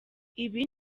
ibi